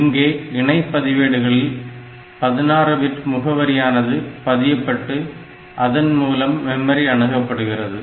இங்கே இணை பதிவேடுகளில் 16 பிட் முகவரி ஆனது பதியப்பட்டு அதன்மூலம் மெமரி அணுகப்படுகிறது